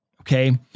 Okay